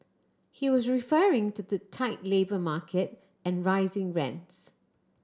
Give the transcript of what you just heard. he was referring to the tight labour market and rising rents